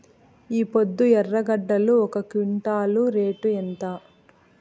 ఈపొద్దు ఎర్రగడ్డలు ఒక క్వింటాలు రేటు ఎంత?